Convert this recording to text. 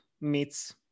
meets